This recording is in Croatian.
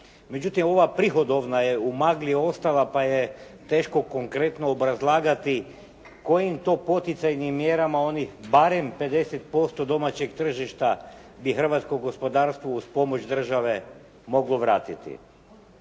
Međutim, ova prihodovna je u magli ostala, pa je teško konkretno obrazlagati kojim to poticajnim mjerama oni barem 50% domaćeg tržišta bi hrvatsko gospodarstvo uz pomoć države moglo vratiti.